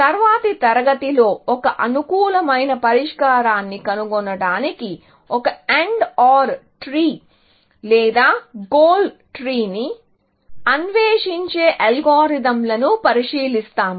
తరువాతి తరగతిలో ఒక అనుకూలమైన పరిష్కారాన్ని కనుగొనటానికి ఒక AND OR ట్రీ లేదా గోల్ ట్రీని అన్వేషించే అల్గారిథమ్ను పరిశీలిస్తాము